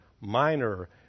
minor